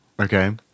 Okay